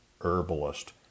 herbalist